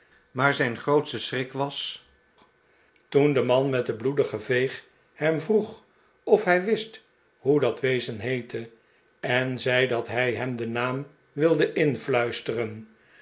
maar zijn grootste schrfk was toen de man met de bloedige veeg hem vroeg of hij wist hoe dat wezen heette en zei dat hij hem den naam wilde influisteren